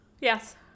Yes